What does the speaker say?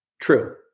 True